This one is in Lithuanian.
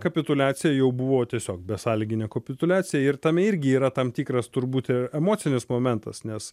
kapituliacija jau buvo tiesiog besąlyginė kapituliacija ir tame irgi yra tam tikras turbūt emocinis momentas nes